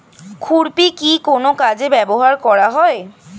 খুরপি কি কোন কাজে ব্যবহার করা হয়?